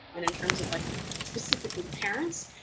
and in terms of like specifically parents,